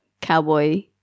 cowboy